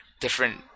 different –